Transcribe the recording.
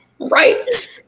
Right